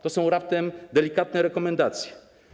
To są raptem delikatne rekomendacje.